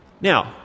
Now